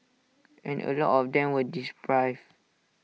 and A lot of them were dis